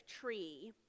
tree